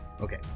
Okay